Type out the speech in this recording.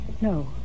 No